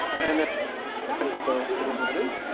and and so it is what it is.